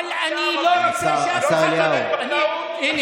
אבל אני לא רוצה שאף אחד, אתה מוכן